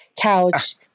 couch